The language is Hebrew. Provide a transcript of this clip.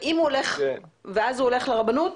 ואז הוא הולך לרבנות?